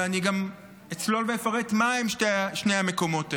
ואני גם אצלול ואפרט מהם שני המקומות האלה.